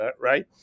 right